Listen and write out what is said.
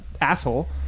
asshole